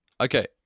Okay